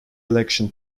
election